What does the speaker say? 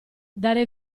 dare